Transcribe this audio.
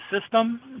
system